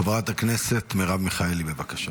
חברת הכנסת מרב מיכאלי, בבקשה.